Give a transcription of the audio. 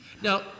now